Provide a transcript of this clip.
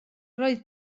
roedd